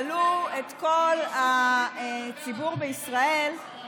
שבו שאלו את כל הציבור בישראל: